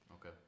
Okay